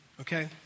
okay